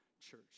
church